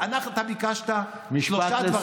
אתה ביקשת שלושה דברים,